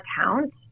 account